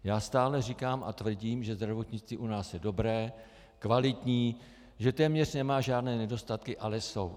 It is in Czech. Já stále říkám a tvrdím, že zdravotnictví u nás je dobré, kvalitní, že téměř nemá žádné nedostatky, ale jsou.